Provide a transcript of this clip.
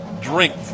drink